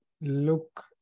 look